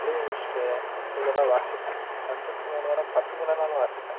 எழுதி முடித்துட்டு ஒரு தடவை வாசிப்பேன் ரெண்டுக்கு மூணு தடவை பத்து முறைனாலும் வாசிப்பேன்